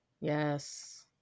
Yes